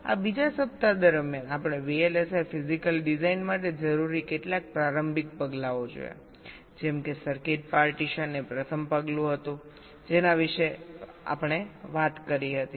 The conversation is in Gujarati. હવે આ બીજા સપ્તાહ દરમિયાન આપણે VLSI ફિઝિકલ ડિઝાઇન માટે જરૂરી કેટલાક પ્રારંભિક પગલાંઓ જોયા જેમ કે સર્કિટ પાર્ટીશન એ પ્રથમ પગલું હતું જેના વિશે આપણે વાત કરી હતી